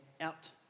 out